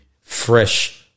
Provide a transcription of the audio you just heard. fresh